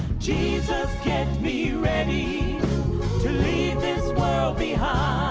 jesus get me ready to leave this world behind